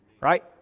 Right